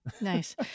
Nice